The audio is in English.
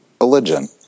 religion